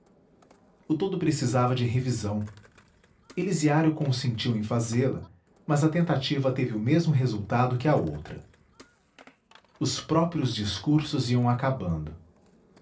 de compilá lo o todo precisava de revisão elisiário consentiu em fazê-la mas a tentativa teve o mesmo resultado que a outra os próprios discursos iam acabando